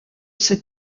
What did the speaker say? ses